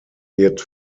wird